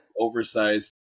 oversized